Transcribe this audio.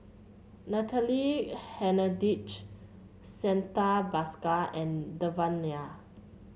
Natalie Hennedige Santha Bhaskar and Devan Nair